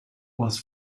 was